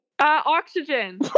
oxygen